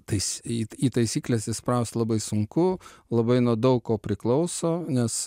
tais į į taisykles įspraust labai sunku labai nuo daug ko priklauso nes